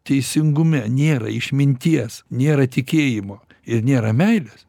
teisingume nėra išminties nėra tikėjimo ir nėra meilės